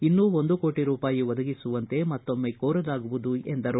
ಇನ್ನೂ ಒಂದು ಕೋಟಿ ರೂಪಾಯಿ ಒದಗಿಸುವಂತೆ ಮತ್ತೊಮ್ಮೆ ಕೋರಲಾಗುವುದು ಎಂದರು